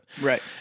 Right